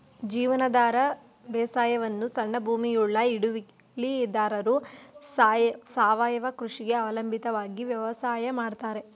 ಜೀವನಾಧಾರ ಬೇಸಾಯವನ್ನು ಸಣ್ಣ ಭೂಮಿಯುಳ್ಳ ಹಿಡುವಳಿದಾರರು ಸಾವಯವ ಕೃಷಿಗೆ ಅವಲಂಬಿತವಾಗಿ ವ್ಯವಸಾಯ ಮಾಡ್ತರೆ